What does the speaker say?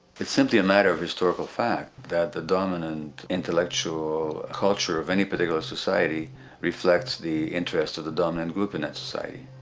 it's simply a matter of historical fact that the dominant intellectual culture of any particular society reflects the interests of the dominant group in that society.